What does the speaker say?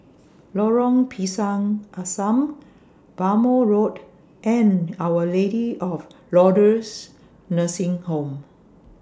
Lorong Pisang Asam Bhamo Road and Our Lady of Lourdes Nursing Home